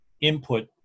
input